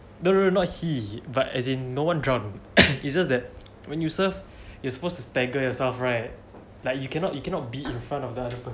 no no no not he but as in no one drowned it's just that when you surf you're supposed to stagger yourself right like you cannot you cannot be in front of the other person